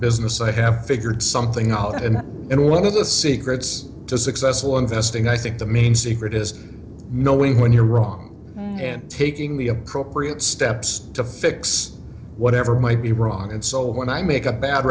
business i have figured something out and then one of the secrets to successful investing i think the mean secret is knowing when you're wrong and taking the appropriate steps to fix whatever might be wrong and so when i make a bad